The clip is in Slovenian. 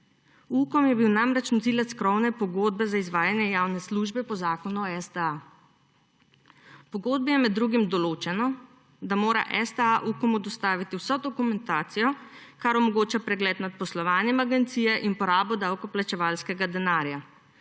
Ukom je bil namreč nosilec krovne pogodbe za izvajanje javne službe po Zakonu o Slovenski tiskovni agenciji. V pogodbi je med drugim določeno, da mora STA Ukomu dostaviti vso dokumentacijo, kar omogoča pregled nad poslovanjem agencije in porabo davkoplačevalskega denarja.